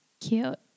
Cute